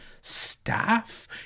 staff